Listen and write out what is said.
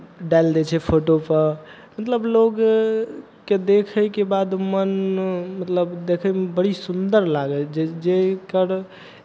डालि दै छै फोटोपर मतलब लोककेँ देखयके बाद मन मतलब देखयमे बड़ी सुन्दर लागत जे जकर